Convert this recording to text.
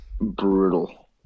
brutal